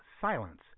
silence